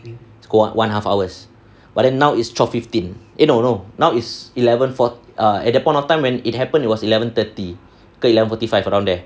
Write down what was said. so got one and half hours but then now is twelve fifteen eh no no now is eleven for~ err at that point of time when it happened it was eleven thirty ke eleven forty five around there